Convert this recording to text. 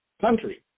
country